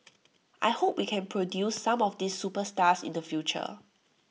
I hope we can produce some of these superstars in the future